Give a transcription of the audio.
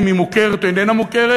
אם היא מוכרת או איננה מוכרת,